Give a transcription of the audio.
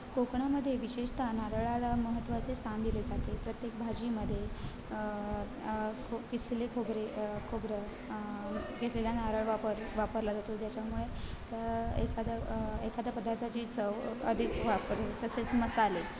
कोकणामध्ये विशेषतः नारळाला महत्त्वाचे स्थान दिले जाते प्रत्येक भाजीमध्ये खो किसलेले खोबरे खोबरं किसलेल्या नारळ वापर वापरला जातो ज्याच्यामुळे त्या एखादा एखाद्या पदार्थाची चव अधिक वापर तसेच मसाले